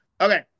Okay